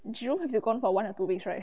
jerome has been gone for one or two weeks right